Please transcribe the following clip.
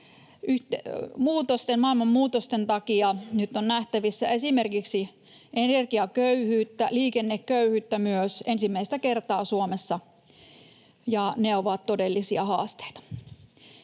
maailman muutosten takia nyt on nähtävissä esimerkiksi energiaköyhyyttä ja myös liikenneköyhyyttä ensimmäistä kertaa Suomessa, ja ne ovat todellisia haasteita.